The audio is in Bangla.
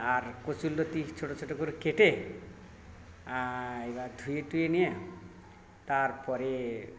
আর কচুরলতি ছোট ছোট করে কেটে এইবার ধুয়ে টুয়ে নিয়ে তারপরে